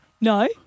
No